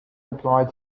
applied